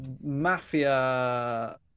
Mafia